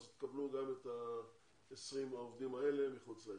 אז קבלו גם את 20 העובדים האלה שמחוץ להסכם.